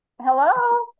hello